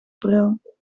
bril